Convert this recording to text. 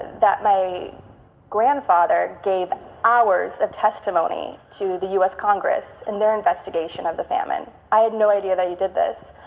that my grandfather gave hours of testimony to the u. s. congress and their investigation of the famine. i had no idea that he did this,